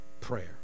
prayer